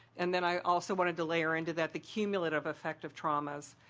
and then i also wanted to layer into that the cumulative effect of traumas.